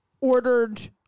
ordered